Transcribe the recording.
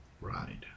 Right